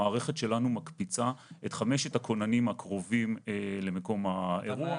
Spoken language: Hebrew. המערכת שלנו מקפיצה את חמשת הכוננים הקרובים למקום האירוע.